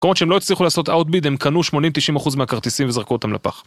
כמובן שהם לא הצליחו לעשות אאוטביד, הם קנו 80-90% מהכרטיסים וזרקו אותם לפח.